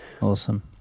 Awesome